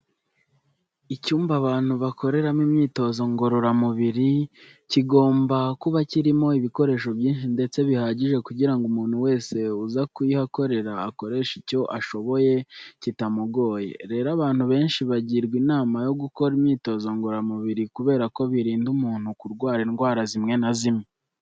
Icyumba abantu bakoreramo imyitozo ngororamubiri kigomba kuba kirimo ibikoresho byinshi ndetse bihagije kugira ngo umuntu wese uza kuyihakorera akoreshe icyo ashoboye kitamugoye. Rero abantu benshi bagirwa inama yo gukora imyitozo ngororamubiri kubera ko birinda umuntu kurwara indwara zimwe na zimwe.